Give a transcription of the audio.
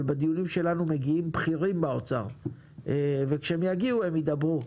אבל לדיונים שלנו מגיעים בכירים באוצר וכשהם יגיעו הם ידברו.